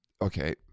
Okay